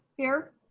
here.